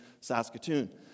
Saskatoon